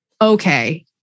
okay